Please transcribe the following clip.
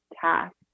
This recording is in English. task